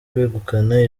kwegukana